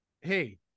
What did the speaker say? hey